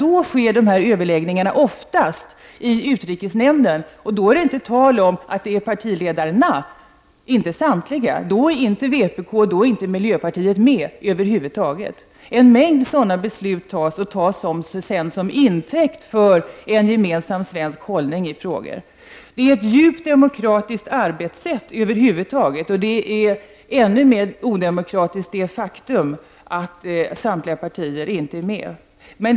Då sker dessa överläggningar oftast i utrikesnämnden, och då är det inte fråga om att samtliga partiledare skall delta. Då är inte vpk och inte miljöpartiet med över huvud taget. Det fattas en mängd sådana beslut, och de tas sedan som intäkt för att det finns en gemensam svensk hållning i olika frågor. Detta är ett djupt odemokratiskt arbetssätt, och det faktum att samtliga partier inte är med är ännu mer odemokratiskt.